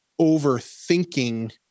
overthinking